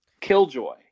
Killjoy